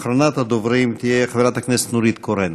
אחרונת הדוברים תהיה חברת הכנסת נורית קורן.